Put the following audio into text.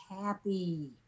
happy